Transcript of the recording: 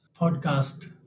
podcast